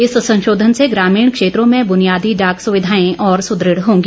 इस संशोधन से ग्रामीण क्षेत्रों में बुनियादी डाक सुविधायें और सुदृढ़ होंगी